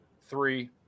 three